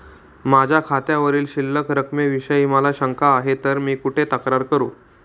माझ्या खात्यावरील शिल्लक रकमेविषयी मला शंका आहे तर मी कुठे तक्रार करू?